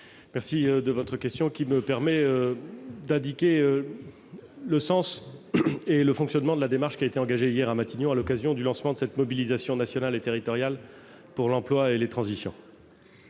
président Patriat. Elle va me permettre d'indiquer le sens et le fonctionnement de la démarche engagée hier à Matignon, à l'occasion du lancement de la mobilisation nationale et territoriale pour l'emploi et les transitions.